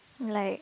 like